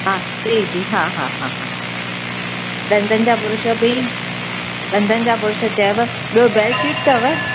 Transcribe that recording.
हा जी जी हा हा हा हा ॾंदनि जा बुरुश बि ॾंदनि जा बुरुश चयव ॿियो बेडशीट अथव